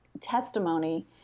testimony